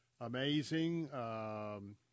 amazing